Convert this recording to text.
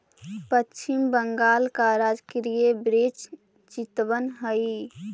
पश्चिम बंगाल का राजकीय वृक्ष चितवन हई